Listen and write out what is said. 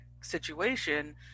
situation